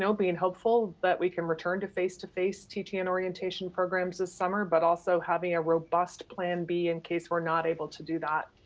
so being hopeful that we can return to face-to-face teaching and orientation programs this summer, but also having a robust plan b in case we're not able to do that.